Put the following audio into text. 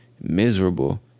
miserable